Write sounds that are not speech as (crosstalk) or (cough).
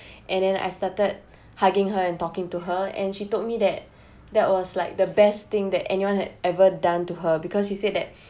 (breath) and then I started hugging her and talking to her and she told me that (breath) that was like the best thing that anyone had ever done to her because she said that (breath)